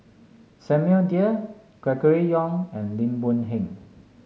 Samuel Dyer Gregory Yong and Lim Boon Heng